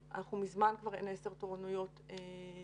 מזמן כבר אין עשר תורנויות במחלקות.